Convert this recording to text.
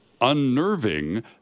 unnerving